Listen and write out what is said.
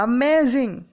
Amazing